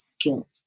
guilt